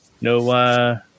no